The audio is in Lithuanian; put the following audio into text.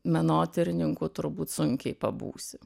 menotyrininkų turbūt sunkiai pabūsi